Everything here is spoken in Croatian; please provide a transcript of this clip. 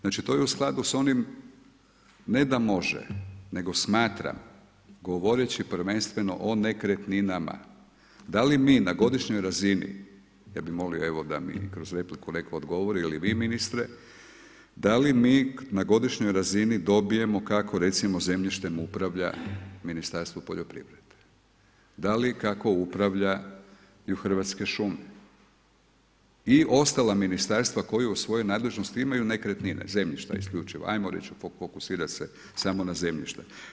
Znači to je u skladu s onim ne da može nego smatram govoreći prvenstveno o nekretninama, da li mi na godišnjoj razini, da mi molio da mi neko kroz repliku odgovori ili vi ministre, da li mi na godišnjoj razini dobijemo kako recimo zemljištem upravlja Ministarstvo poljoprivrede, da li i kako upravlja Hrvatske šume i ostala ministarstva koja u svojoj nadležnosti imaju nekretnine, zemljišta isključivo, ajmo se fokusirati samo na zemljišta?